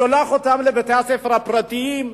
שולח אותם לבתי-ספר פרטיים,